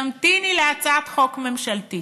תמתיני להצעת חוק ממשלתית.